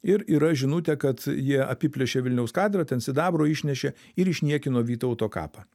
ir yra žinutė kad jie apiplėšė vilniaus katedrą ten sidabro išnešė ir išniekino vytauto kapą